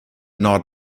not